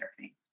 surfing